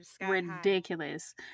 ridiculous